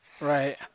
Right